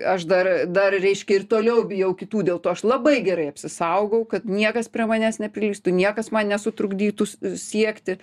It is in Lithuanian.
aš dar dar reiškia ir toliau bijau kitų dėl to aš labai gerai apsisaugau kad niekas prie manęs neprilystų niekas man nesutrukdytų siekti